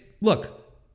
look